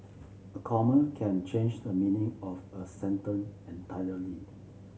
a comma can change the meaning of a sentence entirely